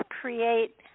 create